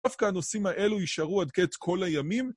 דווקא הנושאים האלו יישארו עד קץ כל הימים.